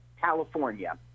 California